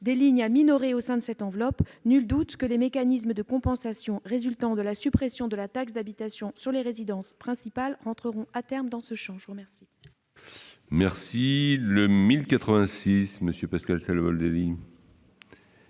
des lignes à minorer au sein de cette enveloppe. Nul doute que les mécanismes de compensation résultant de la suppression de la taxe d'habitation sur les résidences principales entreront à terme dans ce champ. L'amendement